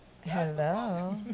hello